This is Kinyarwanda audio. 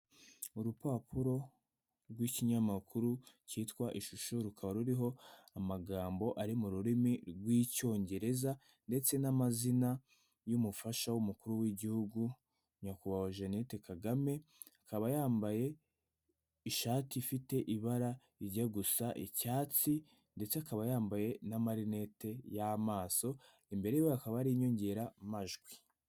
Urupapuro rw'ikinyamakuru cyitwa Ishusho, rukaba ruriho amagambo ari mu rurimi rw'Icyongereza ndetse n'amazina y'umufasha w'umukuru w'igihugu, Nyakubahwa Jeannette Kagame, akaba yambaye ishati ifite ibara, rijya gusa icyatsi ndetse akaba yambaye n'amarinete y'amaso, imbere y'iwe hakaba hari inyongeramajwi.